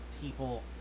people